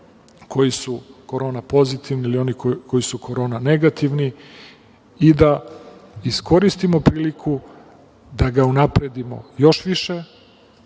koji su Korona pozitivni ili onih koji su Korona negativni i da iskoristimo priliku da ga unapredimo još više,